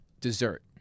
dessert